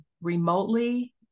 remotely